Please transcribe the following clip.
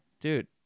dude